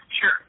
Sure